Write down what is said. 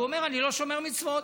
הוא אומר: אני לא שומר מצוות,